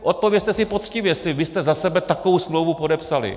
Odpovězte si poctivě, jestli byste za sebe takovou smlouvu podepsali.